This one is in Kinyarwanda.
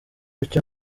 icyo